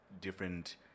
different